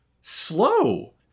slow